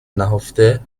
نهفته